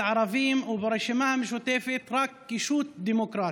הערבים וברשימה המשותפת רק קישוט דמוקרטי,